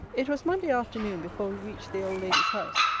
it was monday afternoon before we reached the old lady's house.